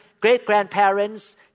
great-grandparents